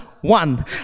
one